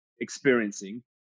experiencing